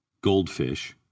Goldfish